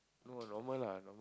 no normal lah normal